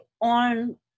on